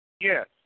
Yes